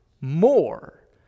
more